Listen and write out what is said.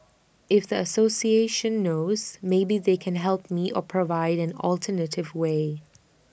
if the association knows maybe they can help me or provide an alternative way